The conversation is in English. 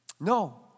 no